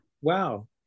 wow